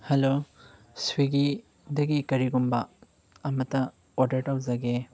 hello ꯁ꯭ꯋꯤꯒꯤꯗꯒꯤ ꯀꯔꯤꯒꯨꯝꯕ ꯑꯃꯇ ꯑꯣꯔꯗꯔ ꯇꯧꯖꯒꯦ